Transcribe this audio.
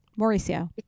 Mauricio